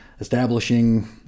establishing